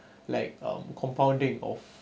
like um compounding of